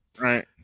right